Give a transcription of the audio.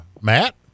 Matt